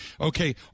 okay